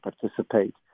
participate